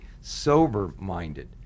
sober-minded